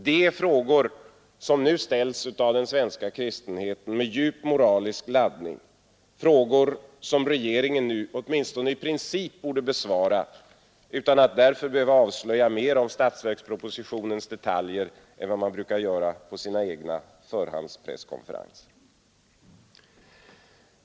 Det är frågor som ställs av den svenska kristenheten med djup moralisk laddning; frågor som regeringen nu åtminstone i princip borde besvara utan att därför behöva avslöja mer av statsverkspropositionens detaljer än man brukar göra på sina egna förhandspresskonferenser.